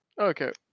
Okay